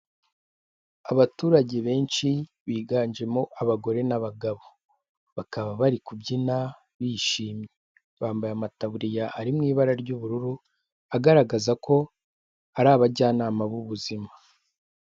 Abaturage benshi biganjemo abagore n'abagabo, bakaba bari kubyina bishimye, bambaye amataburiya ari mu ibara ry'ubururu agaragaza ko ari abajyanama b'ubuzima.